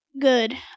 Good